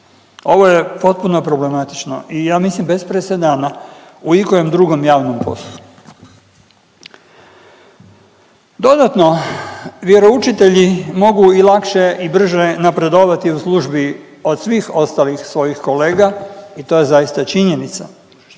Ovo je potpuno problematično i ja mislim bez presedana u ikojem drugom javnom poslu. Dodatno, vjeroučitelji mogu i lakše i brže napredovati u službi od svih ostalih svojih kolega i to je zaista činjenica,